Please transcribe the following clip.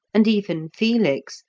and even felix,